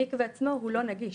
המקווה עצמו הוא לא נגיש.